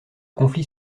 conflits